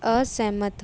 ਅਸਹਿਮਤ